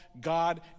God